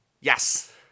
yes